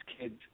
kids